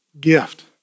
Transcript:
gift